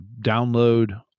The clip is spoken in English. download